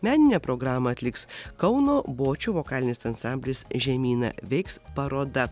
meninę programą atliks kauno bočių vokalinis ansamblis žemyna veiks paroda